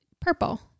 purple